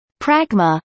Pragma